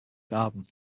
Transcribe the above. garden